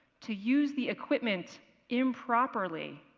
to use the equipment improperly,